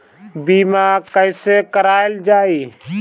बीमा कैसे कराएल जाइ?